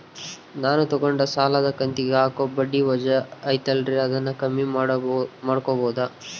ನಾನು ತಗೊಂಡ ಸಾಲದ ಕಂತಿಗೆ ಹಾಕೋ ಬಡ್ಡಿ ವಜಾ ಐತಲ್ರಿ ಅದನ್ನ ಕಮ್ಮಿ ಮಾಡಕೋಬಹುದಾ?